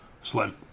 slim